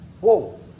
Whoa